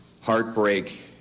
heartbreak